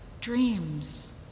Dreams